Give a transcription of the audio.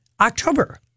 October